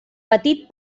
petit